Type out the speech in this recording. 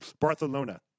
Barcelona